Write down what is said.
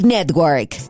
Network